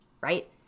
right